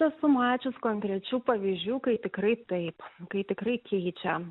esu mačius konkrečių pavyzdžių kai tikrai taip kai tikrai keičia